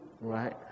Right